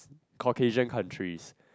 Caucasian countries